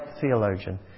theologian